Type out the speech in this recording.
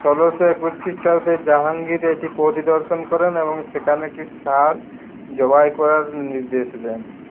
ষোলোশো একুশ খিষ্টাব্দে জাহাঙ্গীর এটি পরিদর্শন করেন এবং সেখানে একটি ষাঁড় জবাই করার নির্দেশ দেন